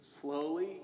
slowly